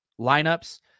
lineups